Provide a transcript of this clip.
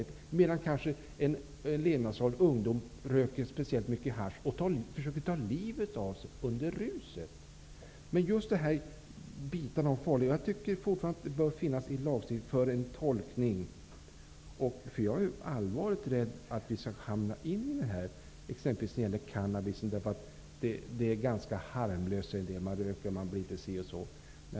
Men det är farligt när levnadsglada ungdomar röker t.ex. speciellt mycket hasch och försöker ta livet av sig under ruset. Jag tycker som sagt att detta med farlighet bör finnas i lagstiftningen för en tolkning. Jag är allvarligt rädd för att vi skall hamna i en sådan situation, exempelvis när det gäller cannabis, att vi säger att det är ganska harmlöst, man blir inte si och så.